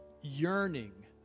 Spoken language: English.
yearning